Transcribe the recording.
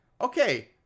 okay